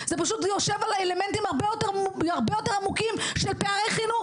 זה פשוט יושב על אלמנטים הרבה יותר עמוקים של פערי חינוך.